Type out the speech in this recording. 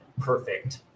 perfect